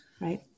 Right